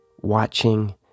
watching